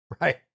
Right